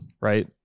right